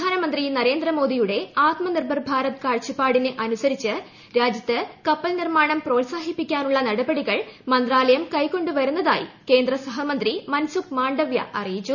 പ്രധാനമന്ത്രി നരേന്ദ്രമോദിയുടെ ആത്മ നിർഭർ ഭാരത് കാഴ്ചപ്പാടിന് അനുസരിച്ച് രാജ്യത്ത് കപ്പൽ നിർമ്മാണം പ്രോത്സാഹിപ്പിക്കാനുള്ള നടപടികൾ മന്ത്രാലയം കൈകൊണ്ട് വരുന്നതായി കേന്ദ്ര സഹമന്ത്രി മൻസുഖ് മാണ്ഡവ്യ അറിയിച്ചു